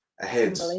ahead